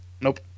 Nope